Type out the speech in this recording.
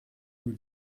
nous